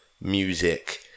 music